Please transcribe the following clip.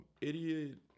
Idiot